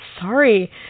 sorry